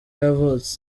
yavutse